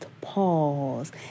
pause